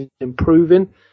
improving